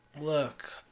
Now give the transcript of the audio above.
look